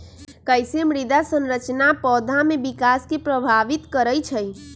कईसे मृदा संरचना पौधा में विकास के प्रभावित करई छई?